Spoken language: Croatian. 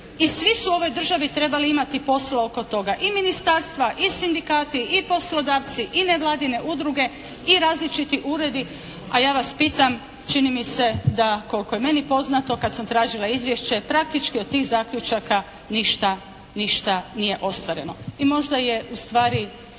I svi su u ovoj državi trebali imati posla oko toga. I ministarstva i sindikati i poslodavci i nevladine udruge i različiti uredi, a ja vas pitam čini mi se da koliko je meni poznato kad sam tražila izvješće praktički od tih zaključaka ništa, ništa nije ostvareno. I možda je u stvari